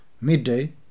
Midday